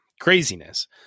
Craziness